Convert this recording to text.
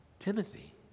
Timothy